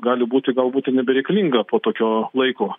gali būti galbūt ir nebereikalinga po tokio laiko